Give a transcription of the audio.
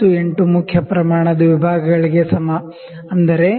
98 main scale ದ ವಿಭಾಗಗಳಿಗೆ ಸಮ ಅಂದರೆ 0